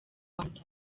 rwanda